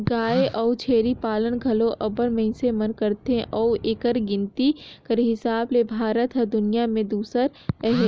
गाय अउ छेरी पालन घलो अब्बड़ मइनसे मन करथे अउ एकर गिनती कर हिसाब ले भारत हर दुनियां में दूसर अहे